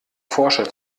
forscher